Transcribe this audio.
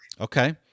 Okay